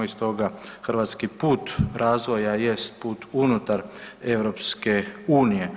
I stoga hrvatski put razvoja jest put unutar EU.